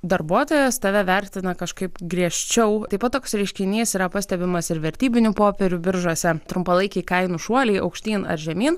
darbuotojas tave vertina kažkaip griežčiau taip pat toks reiškinys yra pastebimas ir vertybinių popierių biržose trumpalaikiai kainų šuoliai aukštyn ar žemyn